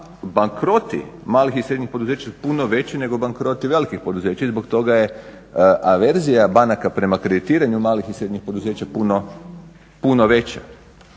bankroti malih i srednjih poduzeća su puno veći nego bankroti velikih poduzeća i zbog toga je averzija banaka prema kreditiranju malih i srednjih poduzeća puno veća.